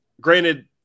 granted